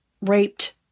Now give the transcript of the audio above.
raped